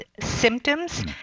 symptoms